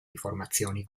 informazioni